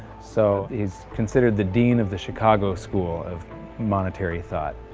so he's considered the dean of the chicago school of monetary thought,